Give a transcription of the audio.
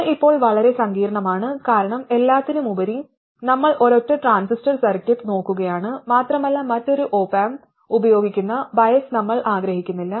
ഇത് ഇപ്പോൾ വളരെ സങ്കീർണ്ണമാണ് കാരണം എല്ലാത്തിനുമുപരി നമ്മൾ ഒരൊറ്റ ട്രാൻസിസ്റ്റർ സർക്യൂട്ട് നോക്കുകയാണ് മാത്രമല്ല മറ്റൊരു ഓപ് ആംപ് ഉപയോഗിക്കുന്ന ബയസ് നമ്മൾ ആഗ്രഹിക്കുന്നില്ല